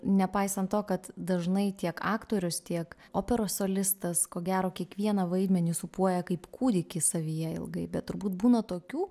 nepaisant to kad dažnai tiek aktorius tiek operos solistas ko gero kiekvieną vaidmenį sūpuoja kaip kūdikį savyje ilgai bet turbūt būna tokių